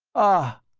ah!